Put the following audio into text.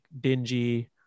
dingy